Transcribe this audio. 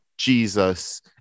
Jesus